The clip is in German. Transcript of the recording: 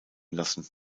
lassen